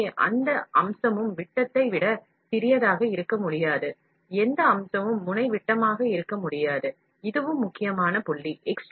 எனவே எந்த அம்சமும் விட்டத்தை விட சிறியதாக இருக்க முடியாது அதாவது முனை விட்டம் இதுவும் முக்கியமானது